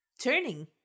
Turning